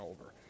over